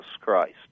Christ